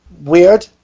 Weird